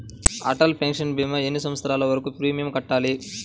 Atal pension భీమా ఎన్ని సంవత్సరాలు వరకు ప్రీమియం కట్టాలి?